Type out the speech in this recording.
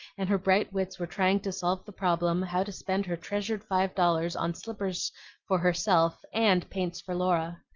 and her bright wits were trying to solve the problem how to spend her treasured five dollars on slippers for herself and paints for laura.